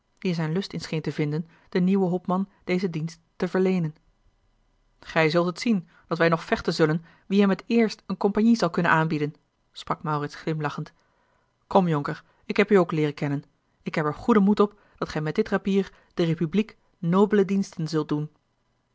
die er zijn lust in scheen te vinden den nieuwen hopman dezen dienst ta verleenen gij zult het zien dat wij nog vechten zullen wie hem het eerst eene compagnie zal kunnen aanbieden sprak maurits glimlachend kom jonker ik heb u ook leeren kennen ik heb er goeden moed op dat gij met dit rapier de republiek nobele diensten zult doen